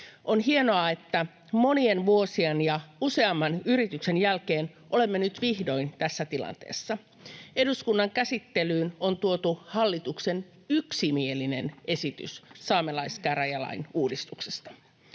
On hienoa, että monien vuosien ja useamman yrityksen jälkeen olemme nyt vihdoin tässä tilanteessa. Eduskunnan käsittelyyn on tuotu hallituksen yksimielinen esitys saamelaiskäräjälain uudistuksesta.